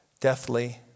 deathly